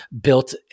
built